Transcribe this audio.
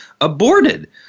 aborted